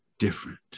different